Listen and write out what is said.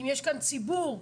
יש כאן ציבור,